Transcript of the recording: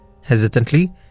hesitantly